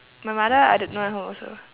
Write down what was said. my mother I don't not at home also